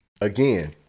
Again